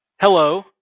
Hello